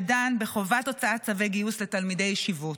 שדן בחובת הוצאת צווי גיוס לתלמידי ישיבות.